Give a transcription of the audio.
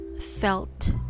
felt